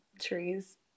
trees